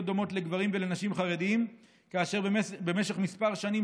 דומות לגברים ולנשים חרדים במשך כמה שנים,